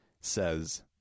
says